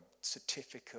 certificate